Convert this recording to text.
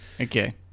Okay